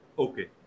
Okay